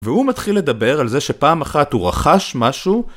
והוא מתחיל לדבר על זה שפעם אחת הוא רכש משהו